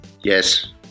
yes